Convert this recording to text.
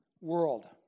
world